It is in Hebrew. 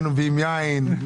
היינו מביאים יין,